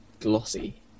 glossy